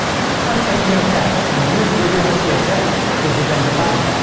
put an html tag and use regular css to design the button.